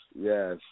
Yes